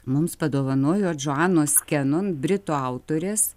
mums padovanojo džoanos kenon britų autorės